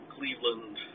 Cleveland